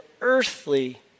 earthly